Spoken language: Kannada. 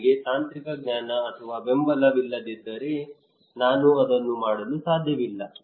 ನನಗೆ ತಾಂತ್ರಿಕ ಜ್ಞಾನ ಅಥವಾ ಬೆಂಬಲವಿಲ್ಲದಿದ್ದರೆ ನಾನು ಅದನ್ನು ಮಾಡಲು ಸಾಧ್ಯವಿಲ್ಲ